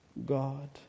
God